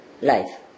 life